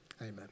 Amen